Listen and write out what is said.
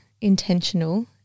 intentional